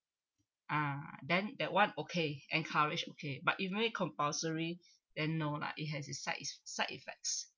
ah then that one okay encourage okay but if you make compulsory then no lah it has it side e~ sides effects